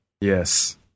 Yes